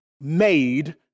made